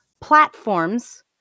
platforms